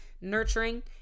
nurturing